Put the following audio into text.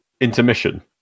intermission